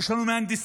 יש לנו מהנדסים,